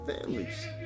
families